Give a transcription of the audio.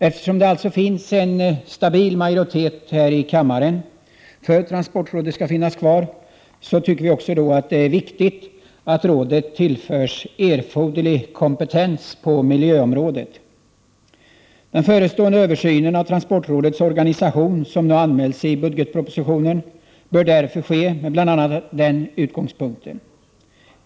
Eftersom det alltså finns en stabil majoritet här i kammaren för att transportrådet skall finnas kvar, anser vi att det är viktigt att rådet tillförs erforderlig kompetens på miljöområdet. Den förestående översynen av transportrådets organisation som nu anmäls i budgetpropositionen bör därför ske med bl.a. den utgångspunkten.